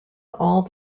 all